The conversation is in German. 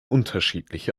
unterschiedlich